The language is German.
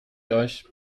euch